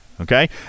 Okay